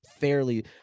fairly